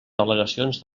delegacions